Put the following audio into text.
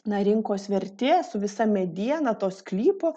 na rinkos vertė su visa mediena to sklypo